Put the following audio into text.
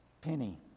penny